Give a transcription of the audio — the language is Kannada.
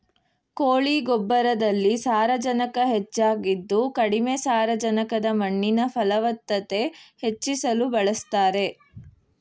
ಕೋಳಿ ಗೊಬ್ಬರದಲ್ಲಿ ಸಾರಜನಕ ಹೆಚ್ಚಾಗಿದ್ದು ಕಡಿಮೆ ಸಾರಜನಕದ ಮಣ್ಣಿನ ಫಲವತ್ತತೆ ಹೆಚ್ಚಿಸಲು ಬಳಸ್ತಾರೆ